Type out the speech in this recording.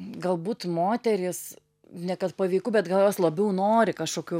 galbūt moterys ne kad paveiku bet gal jos labiau nori kažkokių